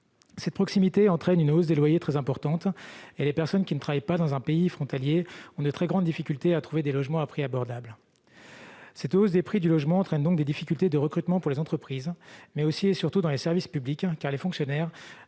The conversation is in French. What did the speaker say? Cette proximité entraîne une hausse des loyers très importante. De ce fait, les personnes qui ne travaillent pas dans un pays frontalier rencontrent de très grandes difficultés à trouver des logements à des prix abordables. Cette hausse des prix des logements entraîne des difficultés de recrutement pour les entreprises, mais aussi et surtout dans les services publics. En effet, les fonctionnaires